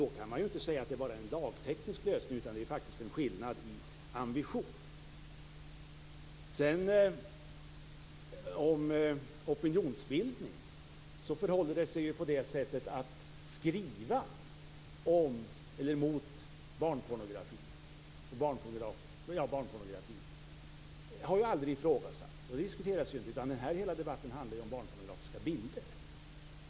Då kan man inte säga att det bara är en lagteknisk lösning, utan det är faktiskt en skillnad i ambition. Rätten att skriva om barnpornografi har aldrig ifrågasatts. Den diskuteras ju inte nu. Hela den här debatten handlar ju om barnpornografiska bilder.